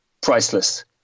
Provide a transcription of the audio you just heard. priceless